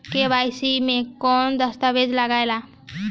KYC मे कौन दश्तावेज लागेला?